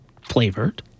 flavored